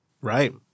Right